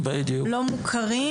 לא מוכרים.